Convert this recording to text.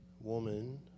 woman